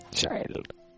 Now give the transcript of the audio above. child